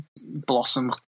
blossom